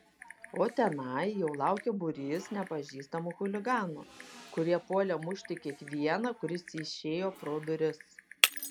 o tenai jau laukė būrys nepažįstamų chuliganų kurie puolė mušti kiekvieną kuris išėjo pro duris